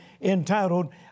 entitled